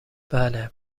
بله